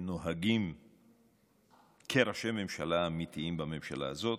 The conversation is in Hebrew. שנוהגים כראשי ממשלה אמיתיים בממשלה הזאת,